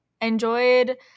enjoyed